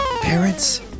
Parents